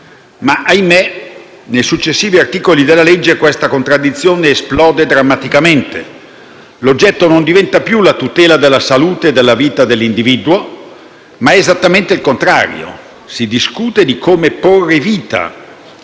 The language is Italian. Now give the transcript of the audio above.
ma - ahimè - nei successivi articoli questa contraddizione esplode drammaticamente. L'oggetto non diventa più la tutela della salute e della vita dell'individuo, ma è esattamente il contrario: si discute di come porre fine